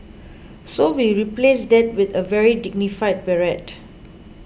so we replaced that with a very dignified beret